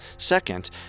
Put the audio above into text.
Second